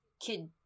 kid